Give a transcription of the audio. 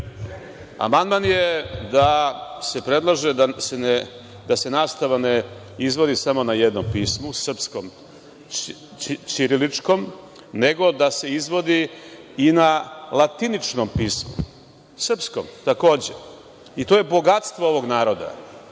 amandman je da se predlaže da se nastava ne izvodi samo na jednom pismu, srpskom, ćiriličkom pismu, nego da se izvodi i na latiničnom pismo, takođe srpskom. To je bogatstvo ovog naroda.